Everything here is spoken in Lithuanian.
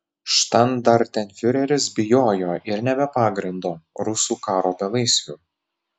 štandartenfiureris bijojo ir ne be pagrindo rusų karo belaisvių